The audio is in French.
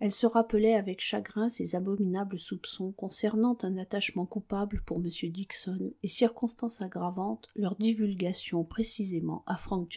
elle se rappelait avec chagrin ses abominables soupçons concernant un attachement coupable pour m dixon et circonstance aggravante leur divulgation précisément à frank